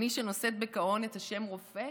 אני, שנושאת בגאון את השם רופא,